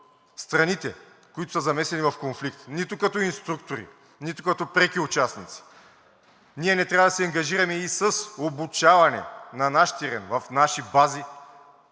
страните, които са замесени в конфликт – нито като инструктори, нито като преки участници. Ние не трябва да се ангажираме и с обучаване на наш терен, в наши бази